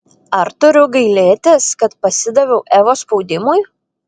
ar turiu gailėtis kad pasidaviau evos spaudimui